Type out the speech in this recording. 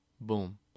Boom